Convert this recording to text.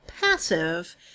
passive